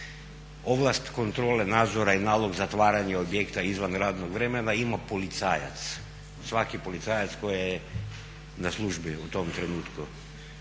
ovlast kontrole nadzora i nalog zatvaranja objekta izvan radnog vremena ima policajac, svaki policajac koji je na službi u tom trenutku